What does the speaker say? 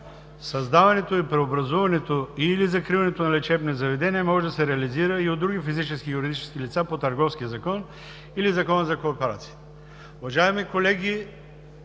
„създаването и преобразуването или закриването на лечебни заведения може да се реализира и от други физически и юридически лица по Търговския закон или Закона за кооперациите.“ Уважаеми колеги,